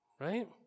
Right